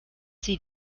sie